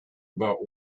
about